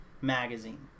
magazine